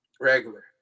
Regular